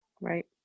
Right